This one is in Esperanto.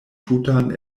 tutan